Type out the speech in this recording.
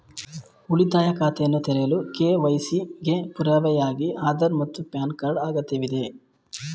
ಉಳಿತಾಯ ಖಾತೆಯನ್ನು ತೆರೆಯಲು ಕೆ.ವೈ.ಸಿ ಗೆ ಪುರಾವೆಯಾಗಿ ಆಧಾರ್ ಮತ್ತು ಪ್ಯಾನ್ ಕಾರ್ಡ್ ಅಗತ್ಯವಿದೆ